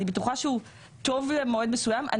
אני בטוחה שהוא טוב למועד מסוים אבל